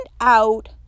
out